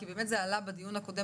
כי באמת זה עלה בהרחבה בדיון הקודם,